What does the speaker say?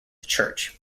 church